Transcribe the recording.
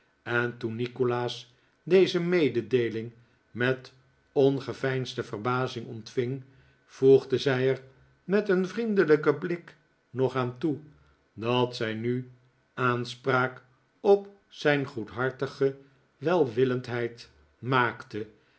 en toen nikolaas deze mededeeling met ongeveinsde verbazing ontving voegde zij er met een vriendelijken blik nog aan toe dat zij nu aanspraak op zijn goedhartige welwillendheid maakte